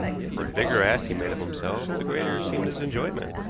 yet the bigger ass he made of himself the greater seemed his enjoyment.